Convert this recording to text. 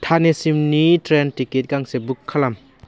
थानेसिमनि train ticket गांसे book खालाम